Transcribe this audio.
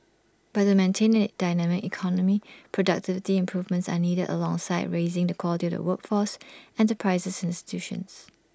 but to maintain A a dynamic economy productivity improvements are needed alongside raising the quality of the workforce enterprises institutions